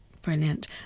Brilliant